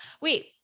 Wait